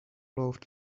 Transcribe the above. loved